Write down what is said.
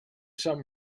some